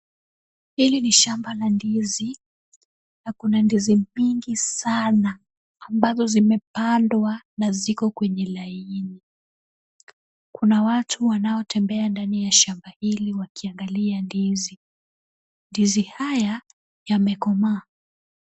Hili ni shamba la ndizi na kuna ndizi mingi sana ambazo zimepandwa na ziko kwenye laini . Kuna watu wanaotembea ndani ya shamba hili wakiangalia ndizi. Ndizi haya yamekomaa.